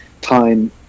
time